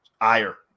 ire